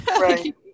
right